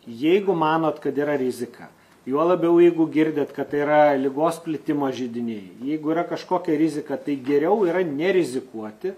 jeigu manot kad yra rizika juo labiau jeigu girdit kad tai yra ligos plitimo židiniai jeigu yra kažkokia rizika tai geriau yra nerizikuoti